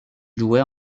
jouait